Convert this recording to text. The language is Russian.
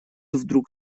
вдруг